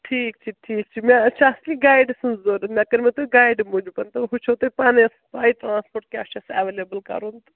ٹھیٖک چھُ ٹھیٖک چھُ مےٚ حظ چھِ اَصلی گایڈِ سٕنٛز ضروٗرت مےٚ کٔرۍمو تُہۍ گایڈِ موٗجوٗب تہٕ ہُو چھُو تُہۍ پانے پےَ ٹرٛانٕسپورٹ کیٛاہ چھُ اَسہِ ایٚویلیبُل کَرُن تہٕ